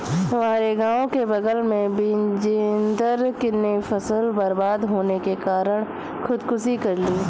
हमारे गांव के बगल में बिजेंदर ने फसल बर्बाद होने के कारण खुदकुशी कर ली